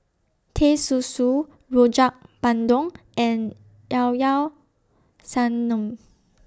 Teh Susu Rojak Bandung and Llao Llao Sanum